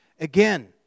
Again